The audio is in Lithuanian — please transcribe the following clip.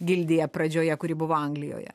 gildija pradžioje kuri buvo anglijoje